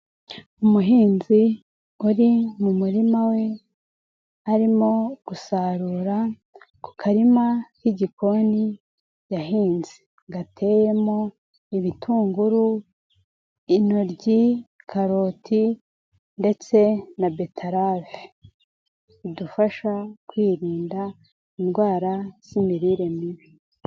Umuhinzi uri mu murima we arimo gusarura ku karima k'igikoni, yahinze gateyemo ibitunguru, inoryi, karoti ndetse na betarava zidufasha kwirinda indwara z'imirire mibi.